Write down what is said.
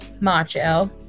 Macho